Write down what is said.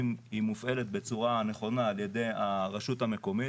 היא מופעלת בצורה נכונה על ידי הרשות המקומית,